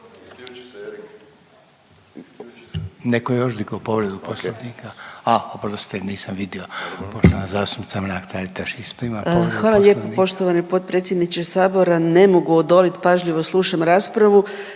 Hvala lijepo poštovani potpredsjedniče Sabora. Ne mogu odoliti, pažljivo slušam raspravu